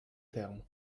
terme